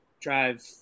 drive